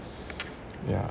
ya